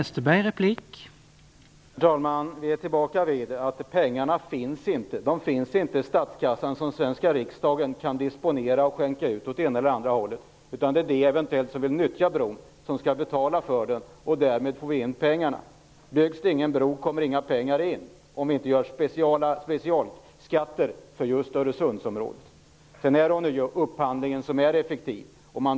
Herr talman! Vi är tillbaka vid att pengarna inte finns. Det finns inte i statskassan pengar som svenska riksdagen kan disponera och skänka ut åt det ena eller andra hållet. Det är de som eventuellt skall nyttja bron som skall betala för den. Därmed får vi in pengarna. Byggs det ingen bro, kommer inga pengar in, om det inte införs specialskatter för just Öresundsområdet. Där är ånyo upphandlingen effektiv.